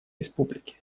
республики